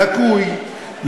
לקוי,